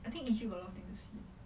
I think egypt got a lot of thing to see